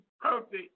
perfect